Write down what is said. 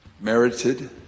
merited